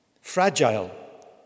fragile